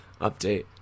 update